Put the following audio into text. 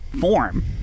form